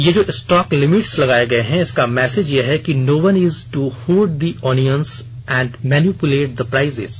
ये जो stock limits लगाये गये हैं इसका मैसेज ये है कि no one is to hoard the onions and manipulate the prices